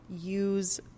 use